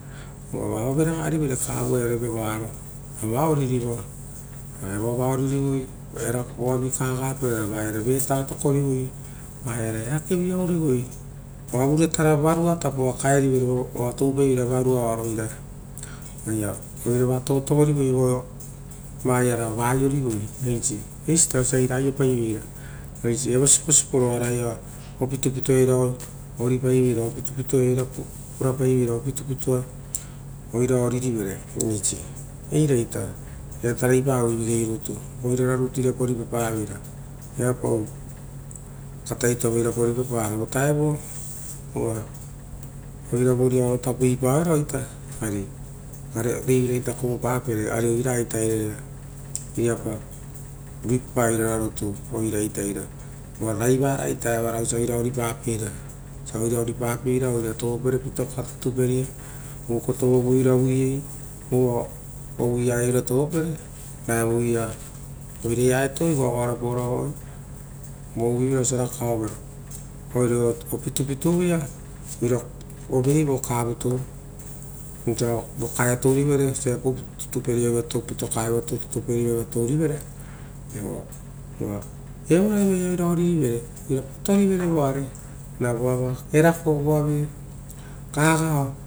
Voara ove raga rivere vere iava rava oriragau vera, ravoa va oiririvoi, oiri kaeka pie ra vetavi tokorivoi vaiare eakevi ourivoi, vanio tapo oakaerivoi. oa toupaivera varoaita va rera. Oata vorivoi voa rava aiorivoi, eisita osia eira aropai vere, evo siposipo oara ia evo pitupitu roia oira oripaiveira, ovitupituaia oira ovirivere, eiraita iriaia tarai pavo vigei rutu oirara rutu iriapa ruipapaveira, viapaui kataitoavai irapa riipaparo, vovutao oaia oira voriaro tapo ita ipaora ari reiviraita kovopapere. Ari oira ita eira iria ita era iriapa riipapai oirara rutu oira ita eira, uva raivara ita evara osio oira oripapeira, oripapeira, oira tovo pore pitoka totoperiia, uko tovovieira oira uvuie ra uvui ia oira tovo perera oira ia etoe ra goagoarapaoro avaoi ro uvuovere osia rakaovere. Oire o pitupitu vaia uva oveui vo kavete, osia vokaia tourivere, totopera pitakarava tourivere, evo raivaia oira orivere, ra oira kotoivere voavi ra erako voa vi kagao.